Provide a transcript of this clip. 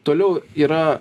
toliau yra